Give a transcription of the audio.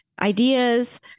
ideas